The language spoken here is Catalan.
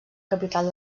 capital